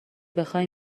بخای